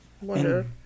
Wonder